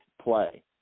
play